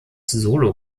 solo